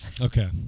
Okay